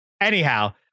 anyhow